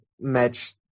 match